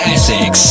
Essex